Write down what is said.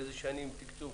באיזה שנים יהיה התקצוב,